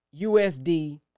USD